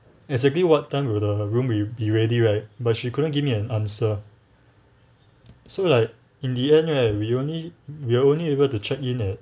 exactly what time will the room will be ready right but she couldn't give me an answer so like in the end right we only we were only able to check in at